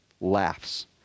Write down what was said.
laughs